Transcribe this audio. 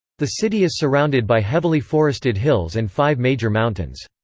the city is surrounded by heavily forested hills and five major mountains.